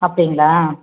அப்படிங்களா